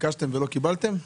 ביקשתם ולא קיבלתם?